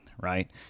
right